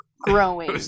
growing